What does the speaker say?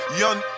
young